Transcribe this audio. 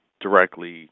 directly